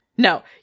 No